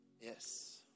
Yes